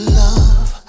love